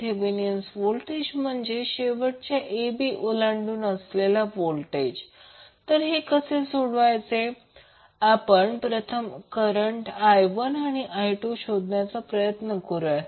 Thevenin voltage म्हणजे शेवटच्या a b ओलांडून असलेला व्होल्टेज तर हे कसे सोडवायचे आपण प्रथम करंट I1 आणि I2 शोधण्याचा प्रयत्न करूया